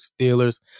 Steelers